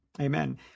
Amen